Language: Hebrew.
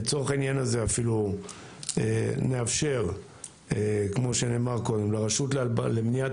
לצורך העניין הזה אפילו נאפשר כמו שנאמר קודם לרשות למניעת